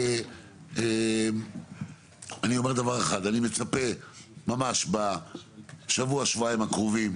אני מצפה ממש בשבוע-שבועיים הקרובים